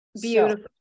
Beautiful